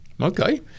Okay